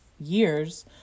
years